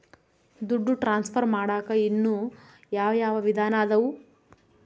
ದುಡ್ಡು ಟ್ರಾನ್ಸ್ಫರ್ ಮಾಡಾಕ ಇನ್ನೂ ಯಾವ ಯಾವ ವಿಧಾನ ಅದವು?